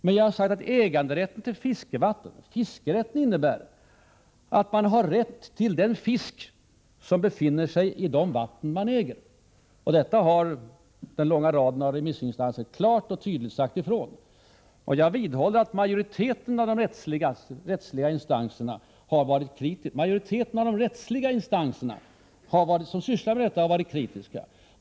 Men jag har sagt att äganderätten till fiskevatten, fiskerätten, innebär att man har rätt till den fisk som befinner sig i de vatten man äger. Detta har också den långa raden av remissinstanser klart och tydligt uttalat. Jag vidhåller att majoriteten av de rättsliga instanser som handlägger sådana här frågor har varit kritiska.